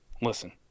Listen